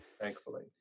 Thankfully